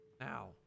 now